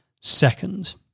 second